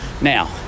Now